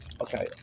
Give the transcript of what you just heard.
Okay